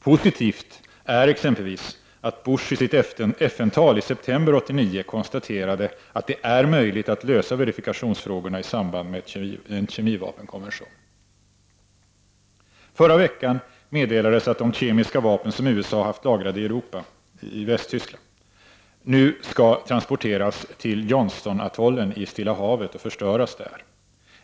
Positivt är exempelvis att Bush i sitt FN-tal i september 1989 konstaterade att det är möjligt att lösa verifikationsfrågorna i samband med en kemivapenkonvention. Förra veckan meddelades att de kemiska vapen som USA haft lagrade i Europa — i Västtyskland — nu skall transporteras till Johnstonatollen i Stilla havet och förstöras där.